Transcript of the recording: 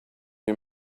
you